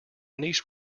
niece